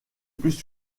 plus